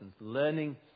learning